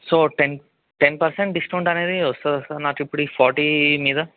so ten ten percent discount అనేది వస్తుందా sir నాకు ఇప్పుడు ఈ ఫార్టీ మీద